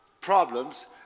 problems